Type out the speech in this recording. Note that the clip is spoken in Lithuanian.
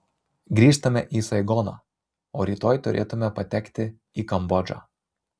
grįžtame į saigoną o rytoj turėtume patekti į kambodžą